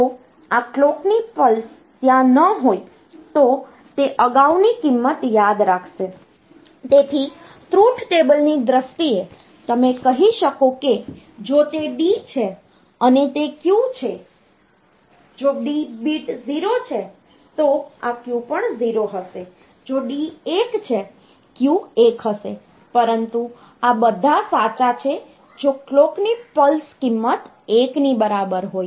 જો આ કલોકની પલ્સ ત્યાં ન હોય તો તે અગાઉની કિંમત યાદ રાખશે તેથી ટ્રુથ ટેબલની દ્રષ્ટિએ તમે કહી શકો કે જો તે D છે અને તે Q છે જો D બીટ 0 છે તો આ Q પણ 0 હશે જો d 1 છે Q 1 હશે પરંતુ આ બધા સાચા છે જો કલોકની પલ્સ કિંમત 1 ની બરાબર હોય